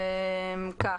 בבקשה.